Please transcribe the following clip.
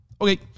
Okay